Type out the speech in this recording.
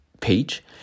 page